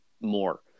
more